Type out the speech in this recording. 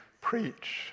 preach